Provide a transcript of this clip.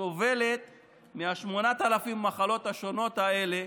סובלים מ-8,000 המחלות השונות האלו,